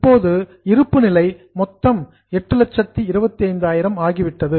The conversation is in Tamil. இப்போது இருப்புநிலை மொத்தம் 825000 ஆகிவிட்டது